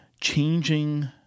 changing